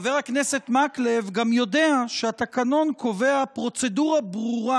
חבר הכנסת מקלב גם יודע שהתקנון קובע פרוצדורה ברורה